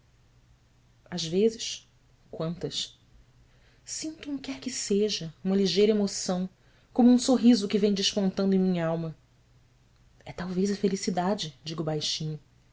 às vezes quantas sinto um quer que seja uma ligeira emoção como um sorriso que vem despontando em minha alma é talvez a felicidade digo baixinho